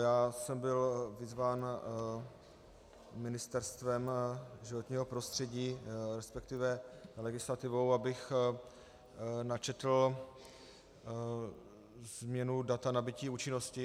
Já jsem byl vyzván Ministerstvem životního prostředí, respektive legislativou, abych načetl změnu data nabytí účinnosti.